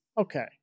Okay